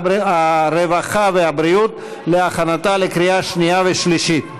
הרווחה והבריאות להכנתה לקריאה שנייה ושלישית.